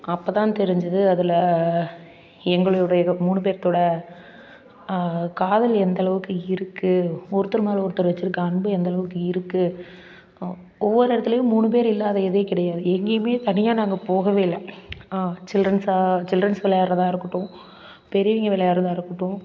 அப்போ தான் தெரிஞ்சது அதில் எங்களுடையது மூணு பேர்த்தோட காதல் எந்தளவுக்கு இருக்குது ஒருத்தர் மேலே ஒருத்தர் வெச்சுருக்க அன்பு எந்தளவுக்கு இருக்குது ஆ ஒவ்வொரு இடத்துலையும் மூணு பேரு இல்லாத இதே கிடையாது எங்கேயுமே தனியா நாங்கள் போகவே இல்லை ஆ சில்ட்ரன்ஸா சில்ட்ரன்ஸ் விளையாடுறதா இருக்கட்டும் பெரியவங்க விளையாடுறதா இருக்கட்டும்